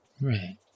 Right